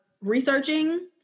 researching